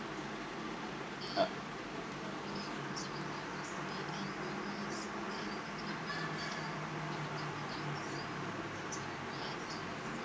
uh